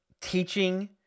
teaching